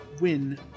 win